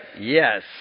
Yes